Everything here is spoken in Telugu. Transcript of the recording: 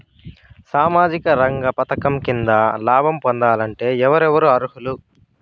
సామాజిక రంగ పథకం కింద లాభం పొందాలంటే ఎవరెవరు అర్హులు?